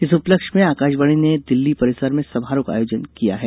इस उपलक्ष्य में आकाशवाणी ने दिल्ली परिसर में समारोह का आयोजन किया गया है